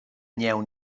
nyeu